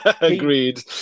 Agreed